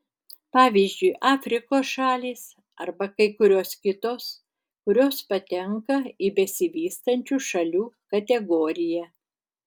pavyzdžiui afrikos šalys arba kai kurios kitos kurios patenka į besivystančių šalių kategoriją